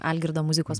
algirdo muzikos